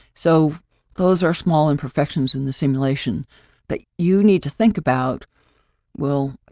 so those are small imperfections in the simulation that you need to think about well,